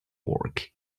work